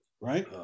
right